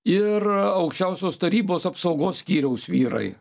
ir aukščiausios tarybos apsaugos skyriaus vyrai